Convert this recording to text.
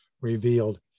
revealed